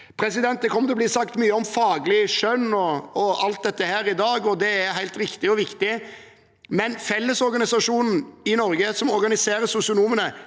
Det kommer til å bli sagt mye om faglig skjønn og alt dette i dag. Det er helt riktig og viktig, men Fellesorganisasjonen i Norge, som organiserer sosionomene,